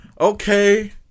Okay